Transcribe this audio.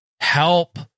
help